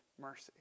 mercy